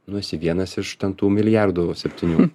nu esi vienas iš ten tų milijardų septynių